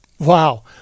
Wow